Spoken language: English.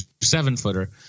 seven-footer